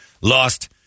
lost